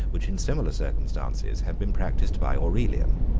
which in similar circumstances had been practised by aurelian.